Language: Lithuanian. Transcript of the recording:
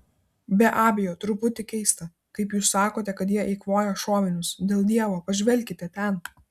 be abejo truputį keista kaip jūs sakote kad jie eikvoja šovinius dėl dievo pažvelkite ten